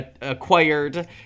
acquired